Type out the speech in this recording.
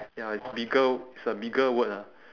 ya it's bigger it's a bigger word ah